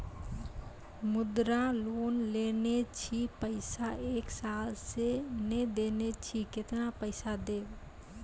मुद्रा लोन लेने छी पैसा एक साल से ने देने छी केतना पैसा देब?